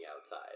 outside